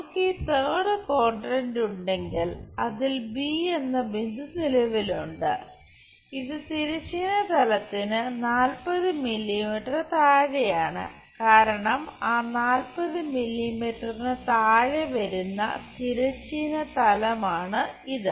നമുക്ക് ഈ third quadrant ഉണ്ടെങ്കിൽ അതിൽ ബി എന്ന ബിന്ദു നിലവിലുണ്ട് ഇത് തിരശ്ചീന തലത്തിന് 40 മില്ലീമീറ്റർ താഴെയാണ് കാരണം ആ 40 മില്ലിമീറ്ററിനു താഴെ വരുന്ന തിരശ്ചീന തലമാണ് ഇത്